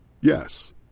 Yes